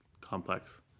complex